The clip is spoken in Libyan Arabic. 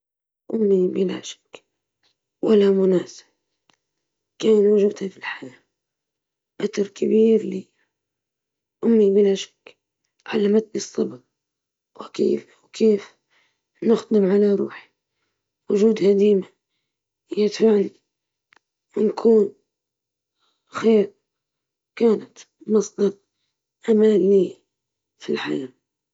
أمي، لأن قوتها وحكمتها علمتني الصبر والتفاؤل، وأني أواجه تحديات الحياة بشجاعة.